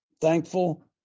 thankful